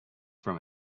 from